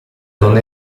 non